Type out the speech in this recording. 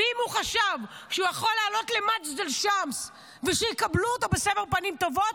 ואם הוא חשב שהוא יכול לעלות למג'דל שמס ושיקבלו אותו בסבר פנים טובות,